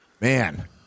man